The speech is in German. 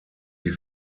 sie